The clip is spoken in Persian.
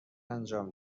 انجام